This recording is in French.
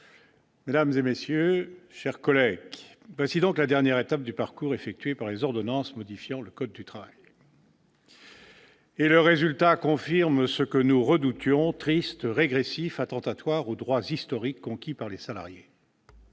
sociales, mes chers collègues, voici donc la dernière étape du parcours des ordonnances modifiant le code du travail, et le résultat, confirmant ce que nous redoutions, est triste, régressif, attentatoire aux droits historiques conquis par les salariés.